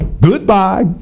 goodbye